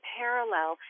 parallel